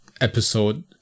episode